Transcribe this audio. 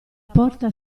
porta